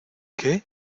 qué